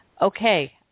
Okay